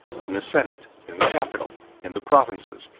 in the senate, in the capital, in the provinces,